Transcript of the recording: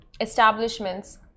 establishments